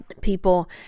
people